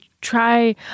try